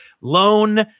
loan